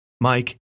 Mike